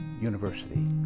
University